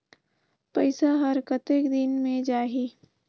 पइसा हर कतेक दिन मे जाही?